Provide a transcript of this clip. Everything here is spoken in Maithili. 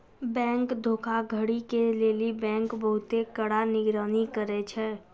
बैंक धोखाधड़ी के लेली बैंक बहुते कड़ा निगरानी करै छै